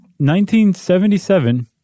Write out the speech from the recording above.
1977